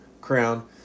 crown